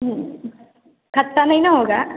खट्टा नहीं न होगा